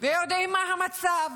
ויודעים מה המצב,